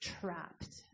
trapped